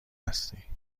هستی